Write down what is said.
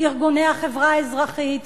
ארגוני החברה האזרחית,